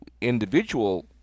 individual